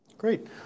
Great